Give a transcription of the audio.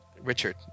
Richard